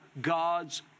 God's